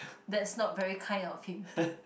that's not very kind of him